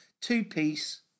Two-piece